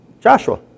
Joshua